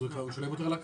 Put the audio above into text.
הוא משלם יותר על הקרקע.